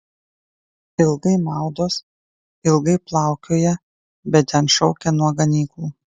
ilgai maudos ilgai plaukioja bet ten šaukia nuo ganyklų